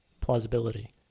plausibility